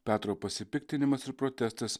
petro pasipiktinimas ir protestas